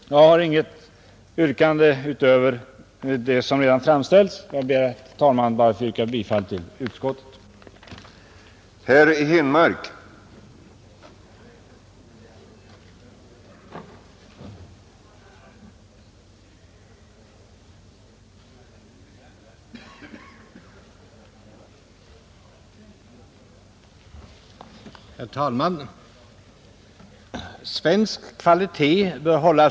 Jag har inget yrkande utöver det som redan framställts och jag ber att få yrka bifall till utskottets hemställan.